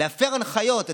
להפר הנחיות.